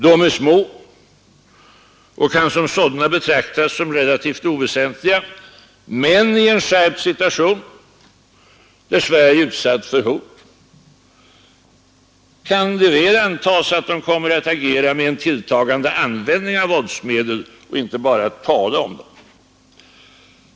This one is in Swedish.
De är små, och kan som sådana betraktas som relativt oväsentliga, men i en skärpt situation, där Sverige är utsatt för hot, kan det väl antas att de kommer att agera med en tilltagande användning av våldsmedel och inte bara tala om dem.